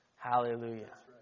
Hallelujah